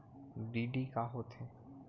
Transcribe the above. DD का होथे?